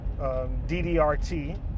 DDRT